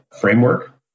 framework